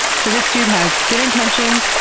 so this dude has good intentions,